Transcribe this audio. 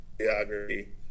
geography